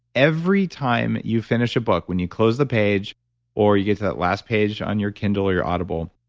every time you finish a book, when you close the page or you get to that last page on your kindle or your audible,